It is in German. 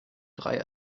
drei